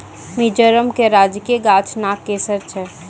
मिजोरम के राजकीय गाछ नागकेशर छै